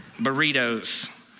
Burritos